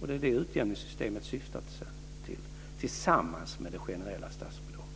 Och det är det som utjämningssystemet syftar till tillsammans med det generella statsbidraget.